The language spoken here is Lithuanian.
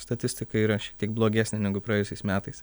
statistika yra šiek tiek blogesnė negu praėjusiais metais